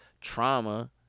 trauma